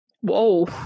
Whoa